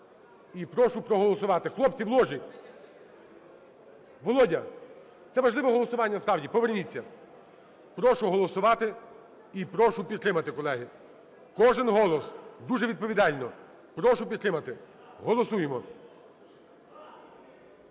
і прошу проголосувати. Хлопці в ложі, Володя, це важливе голосування справді, поверніться. Прошу голосувати і прошу підтримати, колеги. Кожен голос, дуже відповідально, прошу підтримати, голосуємо,